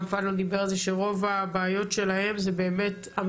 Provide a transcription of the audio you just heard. גם פדלון דיבר על זה שרוב הבעיות שלהם זה המכרזים,